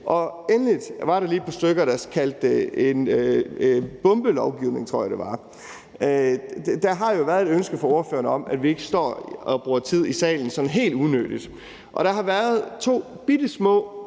Endelig var der lige et par stykker, der kaldte det en bombelovgivning, tror jeg det var. Der har jo været et ønske fra ordførerne om, at vi ikke står og bruger tid i salen helt unødigt, og der har været to bittesmå